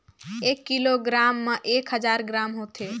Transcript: एक किलोग्राम म एक हजार ग्राम होथे